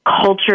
Culture